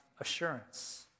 assurance